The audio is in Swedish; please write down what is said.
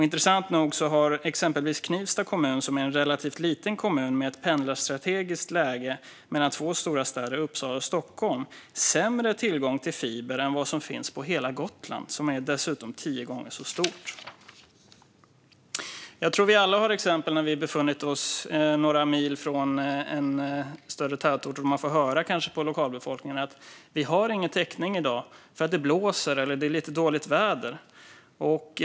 Intressant nog har exempelvis Knivsta kommun - som är en relativt liten kommun med ett pendlarstrategiskt läge mellan två stora städer, Uppsala och Stockholm - sämre tillgång till fiber än man har på hela Gotland, som dessutom är tio gånger så stort. Jag tror att vi alla har exempel på hur det kan vara när man befinner sig några mil från en större tätort. Man kan då få höra från lokalbefolkningen: Vi har ingen täckning i dag, för det blåser eller är lite dåligt väder.